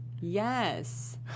Yes